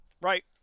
Right